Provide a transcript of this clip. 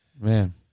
Man